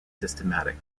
systematic